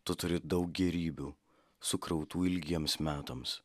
tu turi daug gėrybių sukrautų ilgiems metams